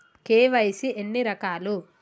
KYC ఎన్ని రకాలు?